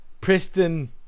Preston